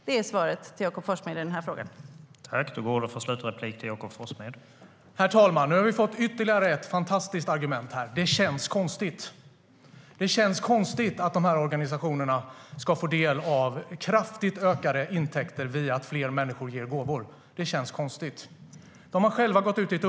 Det är svaret till Jakob Forssmed i den här frågan.